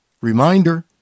Reminder